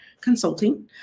consulting